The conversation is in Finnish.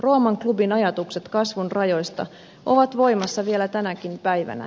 rooman klubin ajatukset kasvun rajoista ovat voimassa vielä tänäkin päivänä